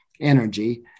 energy